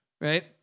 right